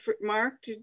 Mark